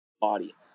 body